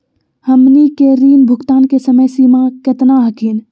हमनी के ऋण भुगतान के समय सीमा केतना हखिन?